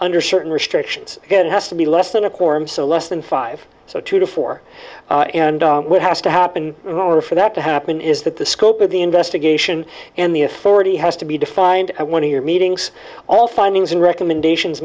under certain restrictions get it has to be less than a quorum so less than five so two to four and what has to happen in order for that to happen is that the scope of the investigation and the authority has to be defined i want to hear meetings all findings and recommendations